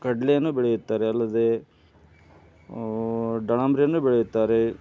ಕಡಲೆನೂ ಬೆಳೆಯುತ್ತಾರೆ ಅಲ್ಲದೆ ದಳಂಬ್ರಿಯನ್ನು ಬೆಳೆಯುತ್ತಾರೆ